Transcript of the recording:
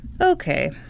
Okay